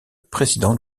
président